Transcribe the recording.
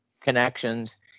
connections